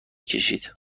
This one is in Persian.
کشید